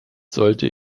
sollte